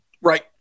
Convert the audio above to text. Right